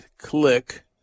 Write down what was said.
Click